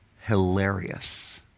hilarious